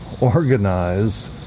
organize